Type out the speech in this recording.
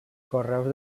correus